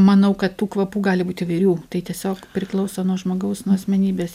manau kad tų kvapų gali būt įvairių tai tiesiog priklauso nuo žmogaus nuo asmenybės